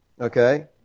okay